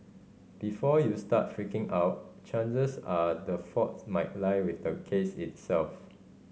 before you start freaking out chances are the fault might lie with the case itself